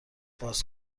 باز